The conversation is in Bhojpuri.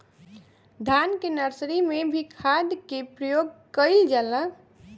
धान के नर्सरी में भी खाद के प्रयोग कइल जाला?